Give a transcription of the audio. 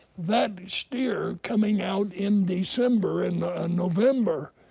that steer coming out in december and ah november,